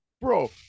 Bro